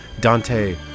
Dante